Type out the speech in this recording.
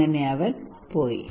അങ്ങനെ അവൻ പോയി